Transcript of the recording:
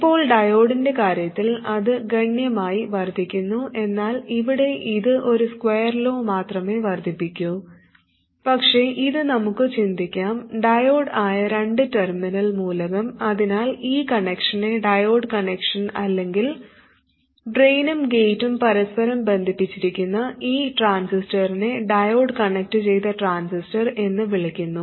ഇപ്പോൾ ഡയോഡിൻറെ കാര്യത്തിൽ അത് ഗണ്യമായി വർദ്ധിക്കുന്നു എന്നാൽ ഇവിടെ ഇത് ഒരു സ്ക്വയർ ലോ മാത്രമേ വർദ്ധിപ്പിക്കൂ പക്ഷേ ഇത് നമുക്ക് ചിന്തിക്കാം ഡയോഡ് ആയ രണ്ട് ടെർമിനൽ മൂലകം അതിനാൽ ഈ കണക്ഷനെ ഡയോഡ് കണക്ഷൻ അല്ലെങ്കിൽ ഡ്രെയിനും ഗേറ്റും പരസ്പരം ബന്ധിപ്പിച്ചിരിക്കുന്ന ഈ ട്രാൻസിസ്റ്ററിനെ ഡയോഡ് കണക്റ്റുചെയ്ത ട്രാൻസിസ്റ്റർ എന്ന് വിളിക്കുന്നു